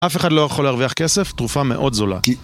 אף אחד לא יכול להרוויח כסף, תרופה מאוד זולה